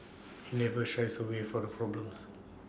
he never shies away for the problems